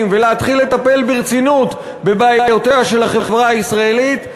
ולהתחיל לטפל ברצינות בבעיותיה של החברה הישראלית,